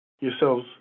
yourselves